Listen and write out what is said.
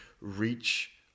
reach